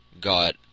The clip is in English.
got